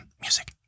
music